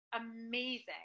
Amazing